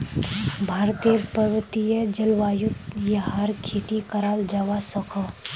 भारतेर पर्वतिये जल्वायुत याहर खेती कराल जावा सकोह